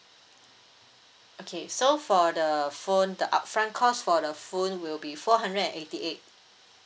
okay so for the phone the upfront cost for the phone will be four hundred and eighty eight